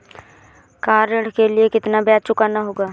Car ऋण के लिए कितना ब्याज चुकाना होगा?